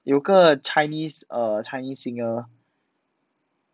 有个 chinese err chinese singer